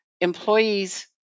employees